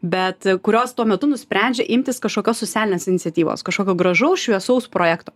bet kurios tuo metu nusprendžia imtis kažkokios socialinės iniciatyvos kažkokio gražaus šviesaus projekto